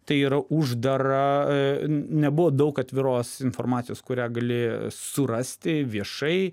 tai yra uždara nebuvo daug atviros informacijos kurią gali surasti viešai